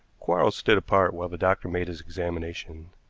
quarles stood apart while the doctor made his examination,